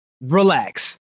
relax